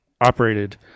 operated